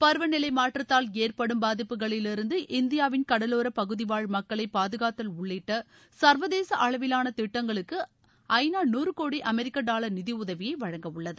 பருவநிலை மாற்றத்தால் ஏற்படும் பாதிப்புகளிலிருந்து இந்தியாவின் கடலோர பகுதிவாழ் மக்களை பாதுகாத்தல் உள்ளிட்ட சர்வதேச அளவிலான திட்டங்களுக்கு ஐநா நூறு கோடி அமெரிக்க டாலர் நிதியுதவியை வழங்கவுள்ளது